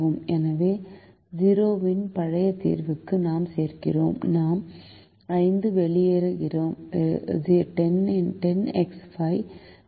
எனவே 0 இன் பழைய தீர்வுக்கு நாம் சேர்க்கிறோம் நாம் 5 வெளியேறுகிறோம் 10x5 5 வெளியேறுகிறது